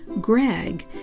Greg